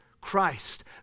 Christ